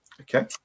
okay